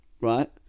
right